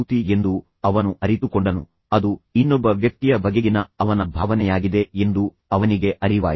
ಆದ್ದರಿಂದ ಅದು ಪರಾನುಭೂತಿ ಎಂದು ಅವನು ಅರಿತುಕೊಂಡನು ಅದು ಇನ್ನೊಬ್ಬ ವ್ಯಕ್ತಿಯ ಬಗೆಗಿನ ಅವನ ಭಾವನೆಯಾಗಿದೆ ಎಂದು ಅವನಿಗೆ ಅರಿವಾಯಿತು